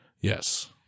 Yes